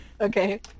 Okay